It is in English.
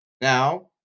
Now